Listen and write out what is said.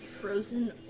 frozen